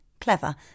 Clever